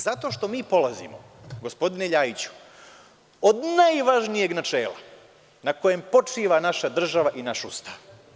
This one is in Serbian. Zato što mi polazimo, gospodine Ljajiću, od najvažnijeg načela na kojem počiva naša država i naš Ustav.